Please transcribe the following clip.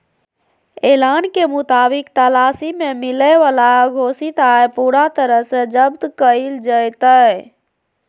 ऐलान के मुताबिक तलाशी में मिलय वाला अघोषित आय पूरा तरह से जब्त कइल जयतय